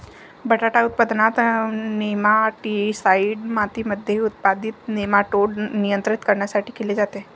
बटाटा उत्पादनात, नेमाटीसाईड मातीमध्ये उत्पादित नेमाटोड नियंत्रित करण्यासाठी केले जाते